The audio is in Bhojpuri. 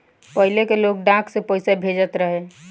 पहिले के लोग डाक से पईसा भेजत रहे